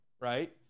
right